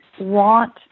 want